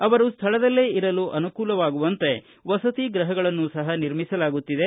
ಅವರು ಸ್ಥಳದಲ್ಲೇ ಇರಲು ಅನುಕೂಲವಾಗುವಂತೆ ವಸತಿ ಗೃಹಗಳನ್ನು ನಿರ್ಮಿಸಲಾಗುತ್ತಿದೆ